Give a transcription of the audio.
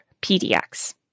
P-D-X